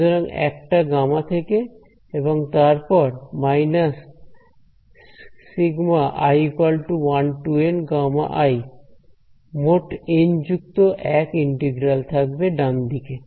সুতরাং একটা গামা Γ থেকে এবং তারপর মোট এন যুক্ত এক ইন্টিগ্রাল থাকবে ডানদিকে